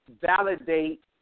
validate